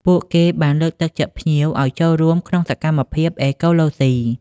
ពួកគេបានលើកទឹកចិត្តភ្ញៀវឱ្យចូលរួមក្នុងសកម្មភាពអេកូឡូសុី។